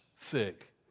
thick